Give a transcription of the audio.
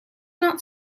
not